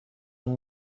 اون